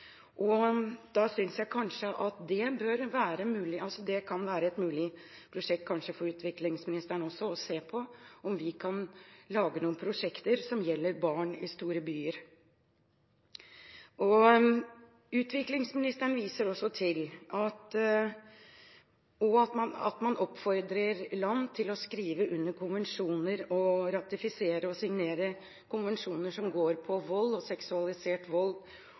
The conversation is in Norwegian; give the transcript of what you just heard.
Da synes jeg kanskje at det også kan være mulig for utviklingsministeren å se på om vi kan lage noen prosjekter som gjelder barn i store byer. Utviklingsministeren viser også til at man oppfordrer land til å ratifisere og signere konvensjoner som går på vold, seksualisert vold